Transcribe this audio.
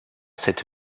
cette